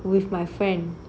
with my friend